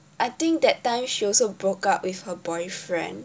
I think that time she also broke up with her boyfriend